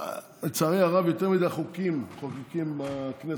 לצערי הרב, יותר מדי חוקים מחוקקים בכנסת,